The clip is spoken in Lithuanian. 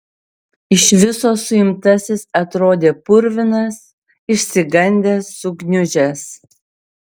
iš viso suimtasis atrodė purvinas išsigandęs sugniužęs